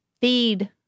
feed